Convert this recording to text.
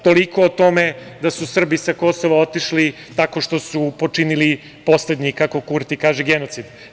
Toliko o tome da su Srbi sa Kosova otišli tako što su počinili poslednji, kako Kurti kaže, genocid.